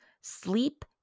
sleep